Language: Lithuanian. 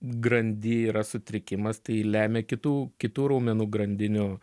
grandy yra sutrikimas tai lemia kitų kitų raumenų grandinių